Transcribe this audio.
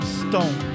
stone